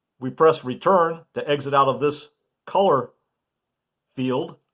we press return to exit out of this color field